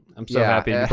i'm so happy yeah